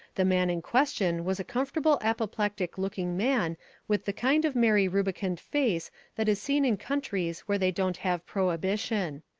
the man in question was a comfortable apoplectic-looking man with the kind of merry rubicund face that is seen in countries where they don't have prohibition.